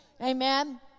Amen